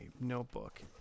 notebook